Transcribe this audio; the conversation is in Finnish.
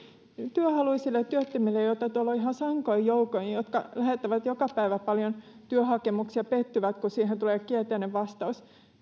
työhaluisille työttömille joita tuolla on ihan sankoin joukoin ja jotka lähettävät joka päivä paljon työhakemuksia ja pettyvät kun siihen tulee kielteinen vastaus